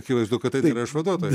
akivaizdu kad tai nėra išvaduotojai